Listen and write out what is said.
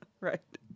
Right